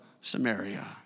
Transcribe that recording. Samaria